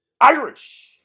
Irish